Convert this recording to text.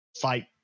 Fight